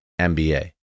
MBA